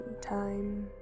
time